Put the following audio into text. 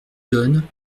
donne